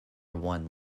one